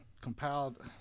compiled